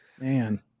man